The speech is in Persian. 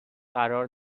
قرار